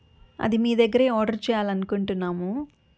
అది మీ దగ్గరే ఆర్డర్ చేయాలనుకుంటున్నాము